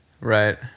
right